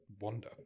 wonder